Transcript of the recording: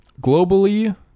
Globally